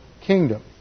kingdom